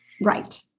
Right